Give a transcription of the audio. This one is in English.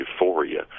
euphoria